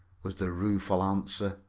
was the rueful answer.